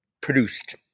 produced